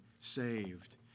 saved